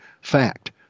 fact